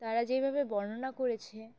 তারা যেইভাবে বর্ণনা করেছে